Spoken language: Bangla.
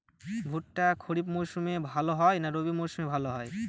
ভুট্টা খরিফ মৌসুমে ভাল হয় না রবি মৌসুমে ভাল হয়?